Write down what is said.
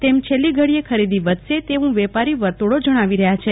તેમ છેલ્લી ઘડીયે ખરીદી વધશે તેવુ વેપારી વર્તુળો જણાવી રહ્યા છે